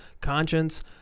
conscience